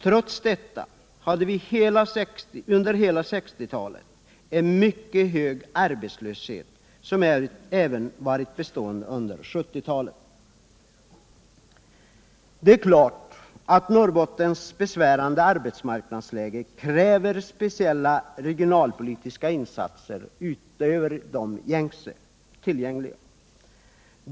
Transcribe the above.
Trots detta hade vi under hela 1960 talet en mycket hög arbetslöshet, som även varit bestående under 1970 talet. Det är klart att Norrbottens besvärande arbetsmarknadsläge kräver speciella regionalpolitiska insatser utöver de gängse.